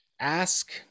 Ask